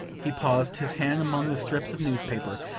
he paused, his hand among the strips of newspaper.